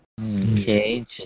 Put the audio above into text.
Okay